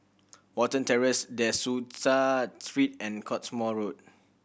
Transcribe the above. Watten Terrace De Souza Street and Cottesmore Road